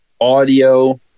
audio